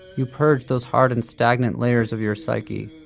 you purge those hardened stagnant layers of your psyche.